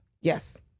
Yes